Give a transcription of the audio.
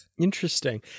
Interesting